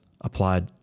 applied